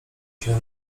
się